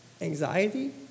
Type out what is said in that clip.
anxiety